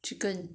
chicken